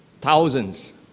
thousands